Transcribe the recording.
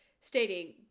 stating